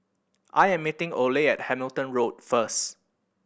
I am meeting Ole at Hamilton Road first